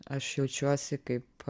aš jaučiuosi kaip